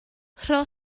rho